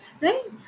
right